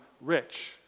rich